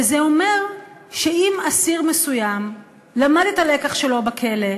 וזה אומר שאם אסיר מסוים למד את הלקח שלו בכלא,